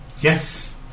Yes